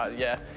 ah yeah.